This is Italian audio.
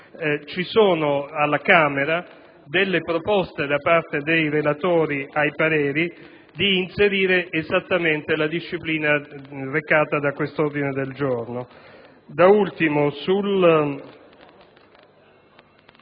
sono state presentate proposte da parte dei relatori ai pareri di inserire esattamente la disciplina recata da questo ordine del giorno. Da ultimo,